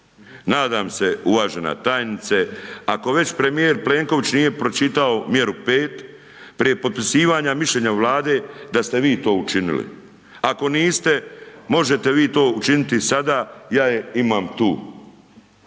Nadam se, uvažena tajnice, ako već premijer Plenković nije pročitao mjeru 5, prije potpisivanja Mišljenja Vlade, da ste vi to učinili. Ako niste, možete vi to učiniti sada, ja je imam tu.